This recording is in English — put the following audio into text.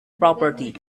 property